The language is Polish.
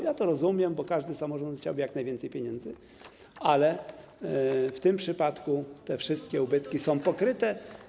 Ja to rozumiem, bo każdy samorząd chciałby jak najwięcej pieniędzy, ale w tym przypadku wszystkie ubytki są pokryte.